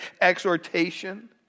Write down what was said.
exhortation